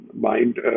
mind